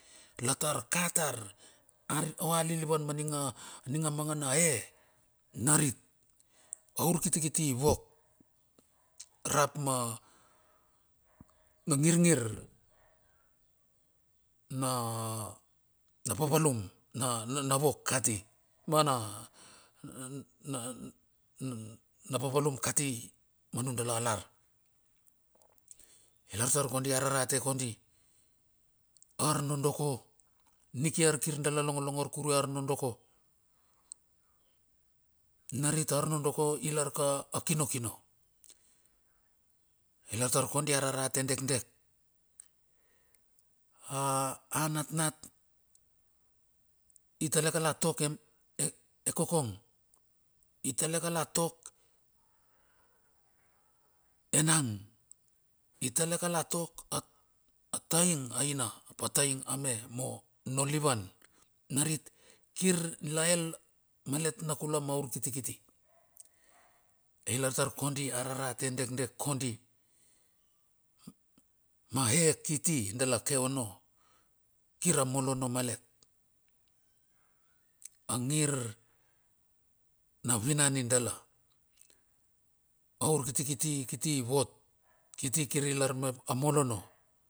Latar katar ari oa lilivan ma ning a, ning a mangana e, narit. A urkitikiti vok, rap mana ngir ngir na, na papalum na, na vok kati mana na papalum kati ma nundala ilar. I lar tar kondi ararate kondi arnondoko. Niki ar kir dala longolongo kuru arnondoko. Narit a arnondoko ilarka a kinokino. Ilar tar kodi ararate dekdek. a natnat itale kalatok ekokon. Itale kalatok enang itale ka la tok a a taing aina ap ataing a me mo no livan. Narit kirla el malet na kula maurkitikiti. Ai lartar kondi ararate dekdek kondi ma ekiti dala ke ono. Kir a molono malet. Angir na vinan i dala. Aur kitikiti kiti vot. Kiti kirilar mep a molono.